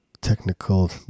technical